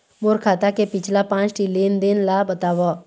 मोर खाता के पिछला पांच ठी लेन देन ला बताव?